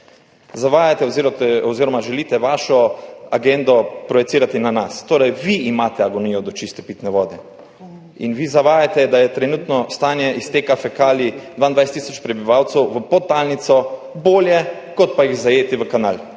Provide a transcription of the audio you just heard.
Zavajate oziroma želite vašo agendo projicirati na nas, torej vi imate agonijo do čiste pitne vode in vi zavajate, da je trenutno stanje izteka fekalij 22 tisočih prebivalcev v podtalnico bolje, kot pa jih zajeti v kanal.